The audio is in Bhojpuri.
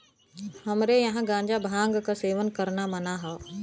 हमरे यहां गांजा भांग क सेवन करना मना हौ